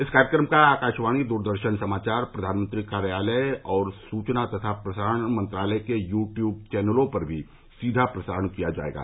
इस कार्यक्रम का आकाशवाणी दूरदर्शन समाचार प्रधानमंत्री कार्यालय और सूचना तथा प्रसारण मंत्रालय के यूट्यूब चैनलों पर भी सीधा प्रसारण किया जाएगा